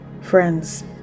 Friends